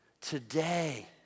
today